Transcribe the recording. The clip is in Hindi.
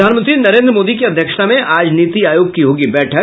प्रधानमंत्री नरेंद्र मोदी की अध्यक्षता में आज नीति आयोग की होगी बैठक